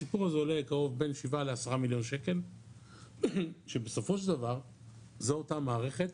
הסיפור הזה עולה בין 7-10 מיליון שקל שבסופו של דבר זו המערכת